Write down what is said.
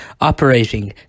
operating